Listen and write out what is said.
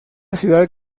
ciudad